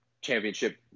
championship